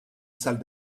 salle